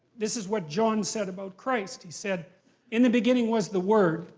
this is what john said about christ, he said in the beginning was the word.